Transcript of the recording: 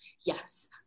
Yes